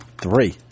three